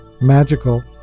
magical